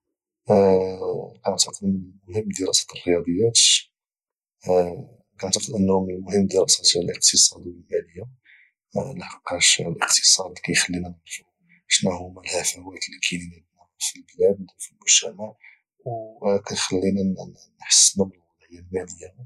كنعتقد انه من المهم دراسة الاقتصاد والمالية لحقاش الاقتصاد كيخلينا نعرفو شنا هما الهفوات اللي كاينين عندنا في البلاد وفي المجتمع او كيخبينا نحسنو من الوضعية المالية ديال البلاد